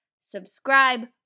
Subscribe